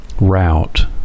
route